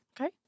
Okay